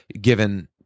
given